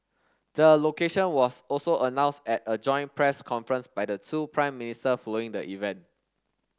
the location was also announced at a joint press conference by the two Prime Minister flowing the event